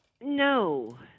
No